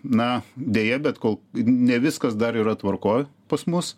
na deja bet kol ne viskas dar yra tvarkoj pas mus